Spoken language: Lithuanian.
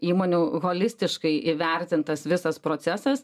įmonių holistiškai įvertintas visas procesas